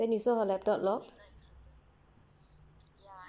then you see her laptop lor